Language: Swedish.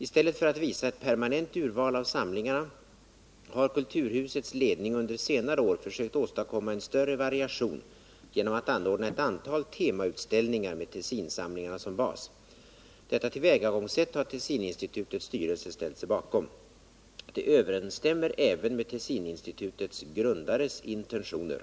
I stället för att visa ett permanent urval av samlingarna har kulturhusets ledning under senare år försökt åstadkomma en större variation genom att anordna ett antal temautställningar med Tessinsamlingarna som bas. Detta tillvägagångssätt har Tessininstitutets styrelse ställt sig bakom. Det överensstämmer även med Tessininstitutets grundares intentioner.